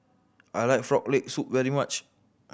I like Frog Leg Soup very much